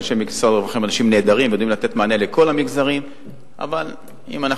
אנשי משרד הרווחה הם אנשים נהדרים ויודעים לתת מענה לכל המגזרים,